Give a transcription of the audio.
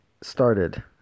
started